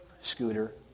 Scooter